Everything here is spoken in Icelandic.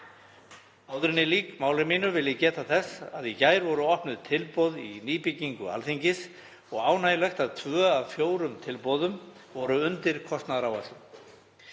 Áður en ég lýk máli mínu vil ég geta þess að í gær voru opnuð tilboð í nýbyggingu Alþingis og ánægjulegt að tvö af fjórum tilboðum voru undir kostnaðaráætlun.